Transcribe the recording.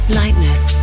lightness